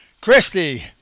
Christy